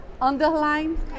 underline